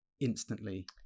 instantly